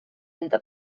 ynddo